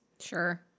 Sure